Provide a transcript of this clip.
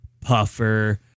Puffer